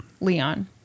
Leon